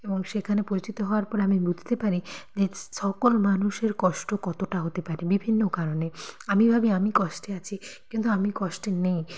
এবং সেখানে পরিচিত হওয়ার পর আমি বুঝতে পারি যে সকল মানুষের কষ্ট কতটা হতে পারে বিভিন্ন কারণে আমি ভাবি আমি কষ্টে আছি কিন্তু আমি কষ্টে নেই